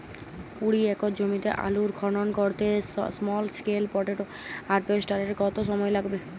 কুড়ি একর জমিতে আলুর খনন করতে স্মল স্কেল পটেটো হারভেস্টারের কত সময় লাগবে?